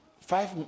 five